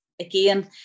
again